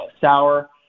sour